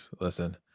Listen